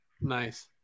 Nice